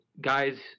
guys